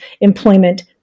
employment